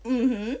mmhmm